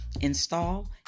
install